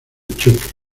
choque